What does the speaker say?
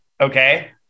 Okay